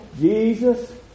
Jesus